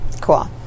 Cool